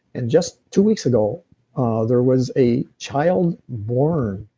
and just two weeks ago ah there was a child born